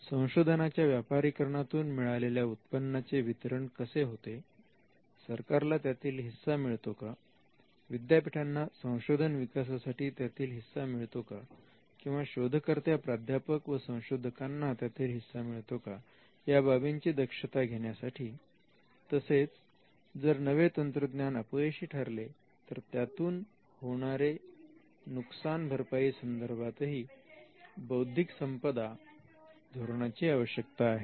संशोधनाच्या व्यापारीकरणतून मिळालेल्या उत्पन्नाचे वितरण कसे होते सरकारला त्यातील हिस्सा मिळतो का विद्यापीठांना संशोधन विकासासाठी त्यातील हिस्सा मिळतो का किंवा शोधकर्त्या प्राध्यापक व संशोधकांना त्यातील हिस्सा मिळतो का या बाबींची दक्षता घेण्यासाठी तसेच जर नवे तंत्रज्ञान अपयशी ठरले तर त्यातून होणारे नुकसान भरपाई संदर्भातही बौद्धिक संपदा धोरणाची आवश्यकता आहे